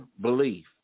belief